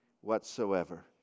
whatsoever